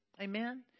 Amen